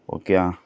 okay ആ